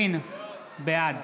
בעד